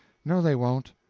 no they won't.